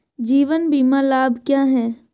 जीवन बीमा लाभ क्या हैं?